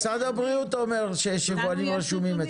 משרד הבריאות אומר שיש יבואנים רשומים אצלו.